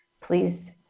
please